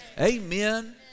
Amen